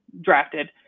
drafted